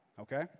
Okay